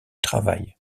travail